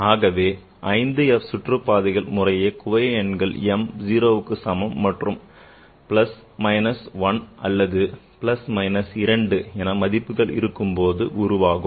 மேலும் 5 f சுற்றுப் பாதைகள் முறையே குவைய எண்கள் m 0க்கு சமம் அல்லது plus minus 1 அல்லது plus minus 2 என மதிப்புகள் இருக்கும்போது உருவாகும்